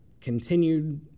continued